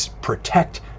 protect